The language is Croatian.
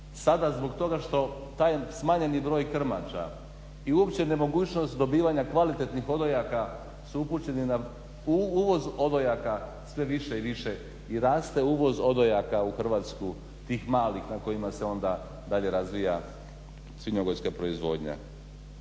sada zbog toga što taj smanjeni broj krmača i uopće nemogućnost dobivanja kvalitetnih odojaka su upućeni na uvoz odojaka sve više i više. I raste uvoz odojaka u Hrvatsku tih malih na kojima se onda dalje razvija svinjogojska proizvodnja.